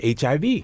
HIV